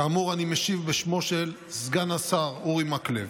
כאמור, אני משיב בשמו של סגן השר אורי מקלב.